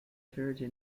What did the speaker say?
verde